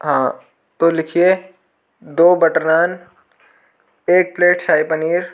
हाँ तो लिखिए दो बटर नान एक प्लेट शाही पनीर